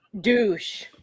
Douche